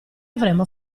avremo